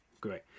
great